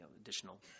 additional